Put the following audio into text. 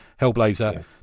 Hellblazer